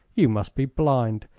you must be blind,